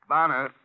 Bonner